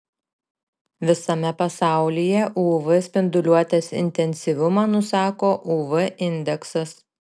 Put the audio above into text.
visame pasaulyje uv spinduliuotės intensyvumą nusako uv indeksas